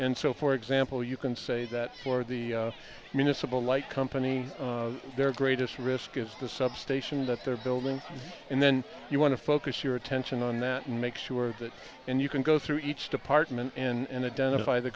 and so for example you can say that for the municipal light company their greatest risk is the substation that they're building and then you want to focus your attention on that and make sure that and you can go through each department and